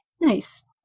Nice